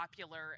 popular